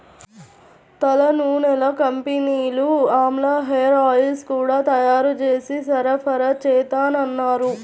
తలనూనెల కంపెనీలు ఆమ్లా హేరాయిల్స్ గూడా తయ్యారు జేసి సరఫరాచేత్తన్నారు